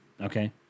Okay